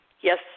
Yes